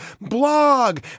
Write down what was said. blog